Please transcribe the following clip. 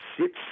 sits